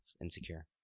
Insecure